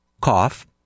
cough